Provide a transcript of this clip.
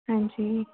ਹਾਂਜੀ